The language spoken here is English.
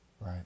Right